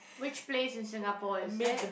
which place in Singapore is it